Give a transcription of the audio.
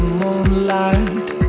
moonlight